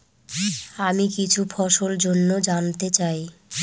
আমি কিছু ফসল জন্য জানতে চাই